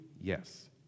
Yes